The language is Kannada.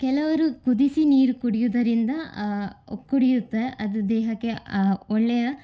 ಕೆಲವರು ಕುದಿಸಿ ನೀರು ಕುಡಿಯೋದರಿಂದ ಕುಡಿಯುತ್ತಾ ಅದು ದೇಹಕ್ಕೆ ಒಳ್ಳೆಯ